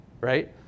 right